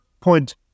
point